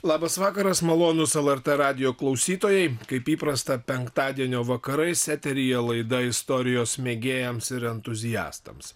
labas vakaras malonūs lrt radijo klausytojai kaip įprasta penktadienio vakarais eteryje laida istorijos mėgėjams ir entuziastams